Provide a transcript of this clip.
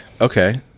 Okay